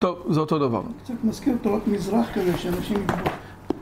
טוב, זה אותו דבר - קצת מזכיר תורת מזרח כזה, שאנשים